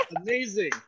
Amazing